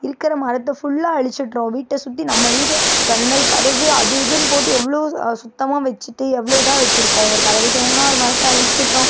இருக்கிற மரத்தை ஃபுல்லாக அழிச்சிடுறோம் வீட்டை சுற்றி நம்ம வீடு ஜன்னல் கதவு அது இதுன்னு போட்டு எவ்வளோ சுத்தமாக வெச்சுட்டு எவ்வளோ இதாக வைச்சிருக்கோம் ஒரு கதவு செய்யணும்னா ஒரு மரத்தை அழிச்சிடுறோம்